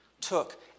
took